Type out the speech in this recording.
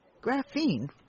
Graphene